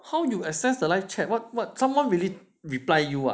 how you access the live chat what what someone really reply you ah